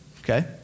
okay